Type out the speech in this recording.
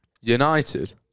united